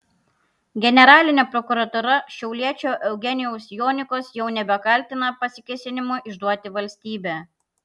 generalinė prokuratūra šiauliečio eugenijaus jonikos jau nebekaltina pasikėsinimu išduoti valstybę